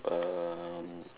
um